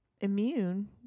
immune